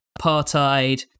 apartheid